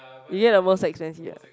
you get the most expensive ah